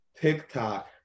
TikTok